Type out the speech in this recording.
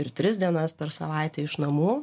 ir tris dienas per savaitę iš namų